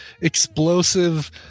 explosive